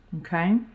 Okay